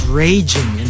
raging